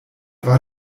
war